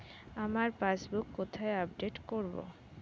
আমার পাসবুক কোথায় আপডেট করব?